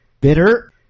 bitter